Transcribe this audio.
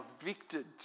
evicted